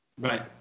Right